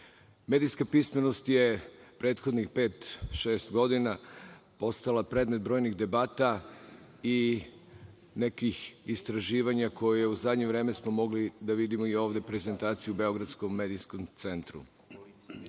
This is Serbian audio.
predmet. Medijska pismenost je prethodnih pet-šest godina postala predmet brojnih debata i nekih istraživanja koje smo u zadnje vreme mogli da vidimo i ovde prilikom prezentacije u Beogradskom medijskom centru.